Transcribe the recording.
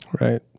Right